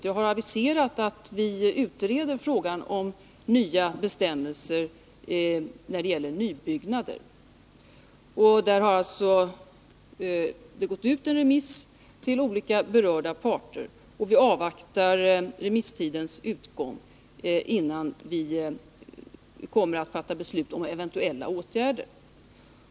Jag har svarat att vi utreder frågan om nya bestämmelser när det gäller nybyggnader. Jag nämnde också att ärendet gått ut på remiss till olika berörda parter och att vi avvaktar remisstidens utgång innan vi fattar beslut om eventuella åtgärder.